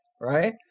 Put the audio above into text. right